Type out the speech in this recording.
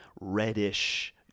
reddish